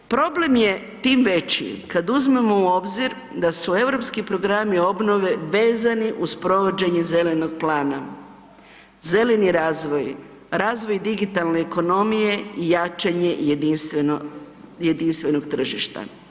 Problem je tim veći kada uzmemo u obzir da u europski programi obnove vezani uz provođenje zelenog plana, zeleni razvoj, razvoj digitalne ekonomije i jačanje jedinstvenog tržišta.